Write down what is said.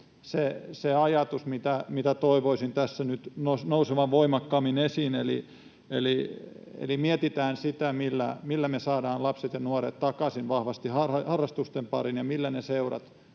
se ajatus, minkä toivoisin tässä nyt nousevan voimakkaammin esiin: mietitään sitä, millä me saadaan lapset ja nuoret vahvasti takaisin harrastusten pariin ja millä seurat